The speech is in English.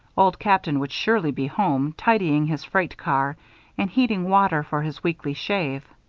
old captain would surely be home, tidying his freight car and heating water for his weekly shave.